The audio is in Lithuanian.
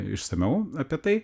išsamiau apie tai